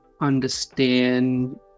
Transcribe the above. understand